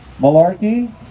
Malarkey